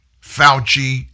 Fauci